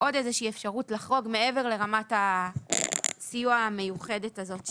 עוד איזה שהיא אפשרות לחרוג מעבר לרמת הסיוע המיוחדת הזאת שהוספה.